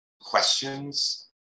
questions